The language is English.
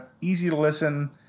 easy-to-listen